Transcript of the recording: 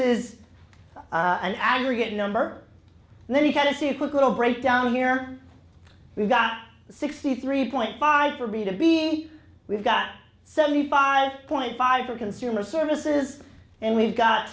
is an aggregate number and then you had to see a quick little breakdown here we've got sixty three point five for me to be we've got seventy five point five for consumer services and we've got